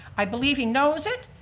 i believe he knows it.